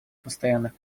постоянных